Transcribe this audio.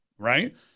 Right